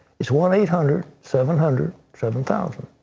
it's one eight hundred seven hundred seven thousand.